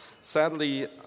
Sadly